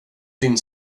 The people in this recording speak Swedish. din